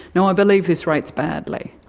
now i believe this rates badly.